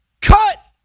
Cut